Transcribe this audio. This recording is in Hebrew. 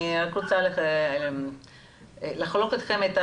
אני מקווה שזה מעניין אותם.